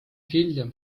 hiljem